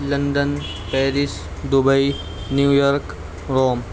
London Paris Dubai New York Rome